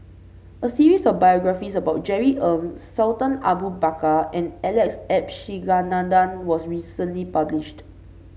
a series of biographies about Jerry Ng Sultan Abu Bakar and Alex Abisheganaden was recently published